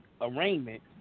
arraignment